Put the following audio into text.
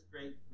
great